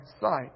sight